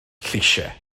lleisiau